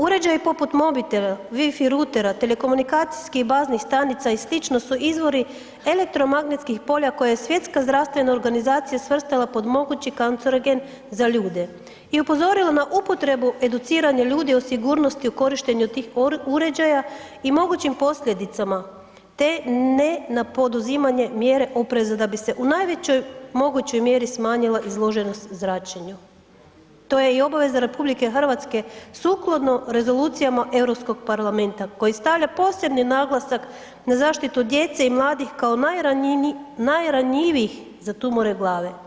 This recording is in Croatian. Uređaji poput mobitela, wi fi routera, telekomunikacijskih baznih stanica i slično su izvori elektromagnetskih polja koja je Svjetska zdravstvena organizacija svrstala pod mogući kancerogen za ljude i upozorila na upotrebu educiranja ljudi o sigurnosti o korištenju od tih uređaja i mogućim posljedicama te ne na poduzimanje mjere opreza da bi se u najvećoj mogućoj mjeri smanjila izloženost zračenja, to je i obaveza RH sukladno rezoluciji Europskog parlamenta koji stavlja posebni naglasak na zaštitu djece i mladih kao najranjivijih za tumore glave.